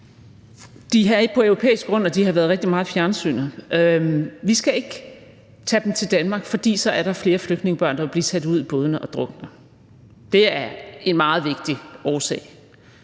De er på europæisk grund, og de har været rigtig meget i fjernsynet. Vi skal ikke tage dem til Danmark, for så er der flere flytningebørn, der vil blive sat ud i bådene og drukne. Det er en meget vigtig årsag.